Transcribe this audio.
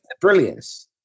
brilliance